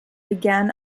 began